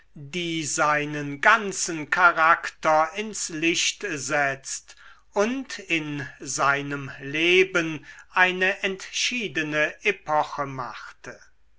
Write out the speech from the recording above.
die seinen ganzen charakter ins licht setzt und in seinem leben eine entschiedene epoche machte